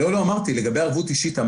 לגבי הערבות האישית,